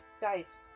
guys